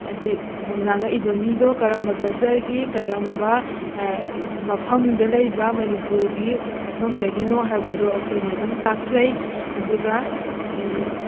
ꯉꯥꯡꯉꯛꯏꯕ ꯃꯤꯗꯣ ꯀꯔꯝꯕ ꯀꯜꯆꯔꯒꯤ ꯀꯔꯝꯕ ꯃꯐꯝꯗ ꯂꯩꯕ ꯃꯅꯤꯄꯨꯔꯒꯤ ꯃꯐꯝꯗꯒꯤꯅꯣ ꯍꯥꯏꯕꯗꯣ ꯑꯩꯈꯣꯏꯅ ꯑꯗꯨꯝ ꯇꯥꯛꯆꯩ ꯑꯗꯨꯒ